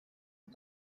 and